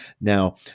Now